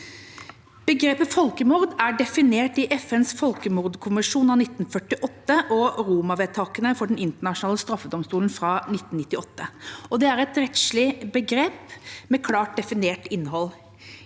Begrepet «folkemord» er definert i FNs folkemordkonvensjon av 1948 og Roma-vedtektene for Den internasjonale straffedomstol fra 1998. Det er et rettslig begrep med klart definert innhold.